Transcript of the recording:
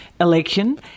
election